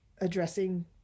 addressing